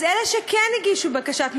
אז אלה שכן הגישו בקשת מקלט,